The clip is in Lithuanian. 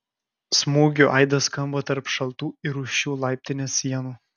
smūgių aidas skamba tarp šaltų ir rūsčių laiptinės sienų